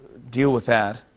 deal with that,